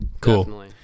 Cool